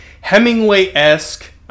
Hemingway-esque